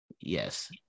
yes